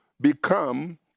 become